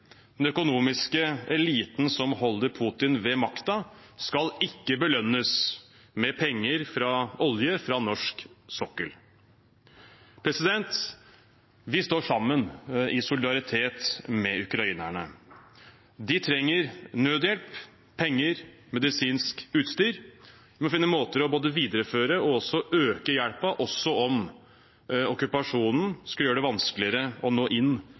Den økonomiske eliten som holder Putin ved makten, skal ikke belønnes med penger fra olje fra norsk sokkel. Vi står sammen, i solidaritet med ukrainerne. De trenger nødhjelp, penger, medisinsk utstyr. Vi må finne måter både å videreføre og øke hjelpen, også om okkupasjonen skulle gjøre det vanskeligere å nå inn